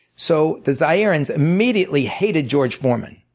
so the zairians immediately hated george foreman.